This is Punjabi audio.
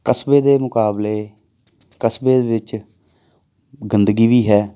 ਕਸਬੇ ਦੇ ਮੁਕਾਬਲੇ ਕਸਬੇ ਦੇ ਵਿੱਚ ਗੰਦਗੀ ਵੀ ਹੈ